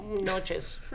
Noches